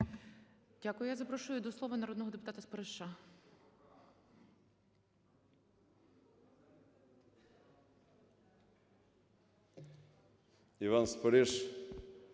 Дякую. Запрошую до слова народного депутата Силантьєва.